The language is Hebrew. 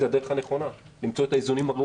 זו הדרך הנכונה למצוא את האיזונים.